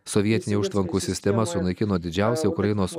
sovietinė užtvankų sistema sunaikino didžiausią ukrainos